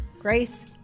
grace